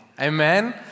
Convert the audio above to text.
Amen